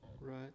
Right